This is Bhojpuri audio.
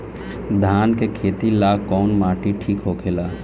धान के खेती ला कौन माटी ठीक होखेला?